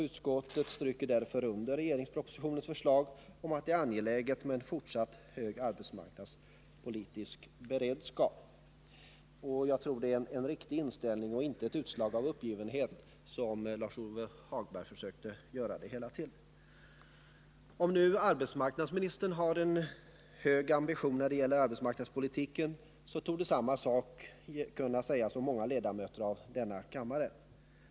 Utskottet stryker därför under vad som sägs i propositionen om att det är angeläget med en fortsatt hög arbetsmarknadspolitisk beredskap. Jag tror att det är en riktig inställning och inte ett utslag av uppgivenhet, som Lars-Ove Hagberg försökte göra gällande. Om nu arbetsmarknadsministern har en hög ambition när det gäller arbetsmarknadspolitiken, så torde samma sak kunna sägas om många ledamöter av denna kammare.